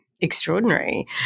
extraordinary